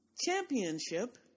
championship